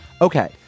Okay